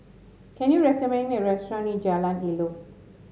can you recommend me a restaurant near Jalan Elok